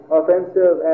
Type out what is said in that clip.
offensive